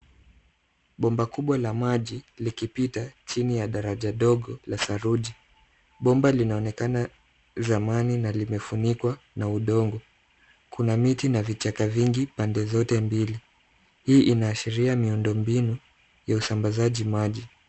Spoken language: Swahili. Bomba kubwa la maji likipita chini ya daraja dogo la saruji. Bomba linaonekana zamani na limefunikwa na udongo. Kuna miti na vichaka vingi pande zote mbili. Hii inaashiria miundo mbinu ya usambazaji maji.